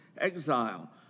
exile